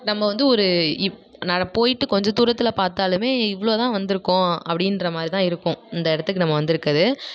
நம்ம வந்து ஒரு போய்விட்டு கொஞ்ச தூரத்தில் பார்த்தாலுமே இவ்ளோ தான் வந்துருக்கோம் அப்படின்ற மாதிரிதான் இருக்கும் இந்த இடத்துக்கு நம்ம வந்துருக்குறது